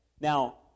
Now